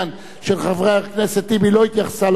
עוד הזדמנות להוריד את שמה של הכנסת לביבים.